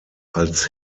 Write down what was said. als